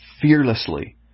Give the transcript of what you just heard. fearlessly